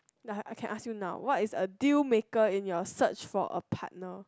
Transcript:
like I can ask you now what's is a deal maker in your search for a partner